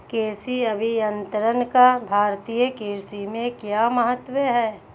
कृषि अभियंत्रण का भारतीय कृषि में क्या महत्व है?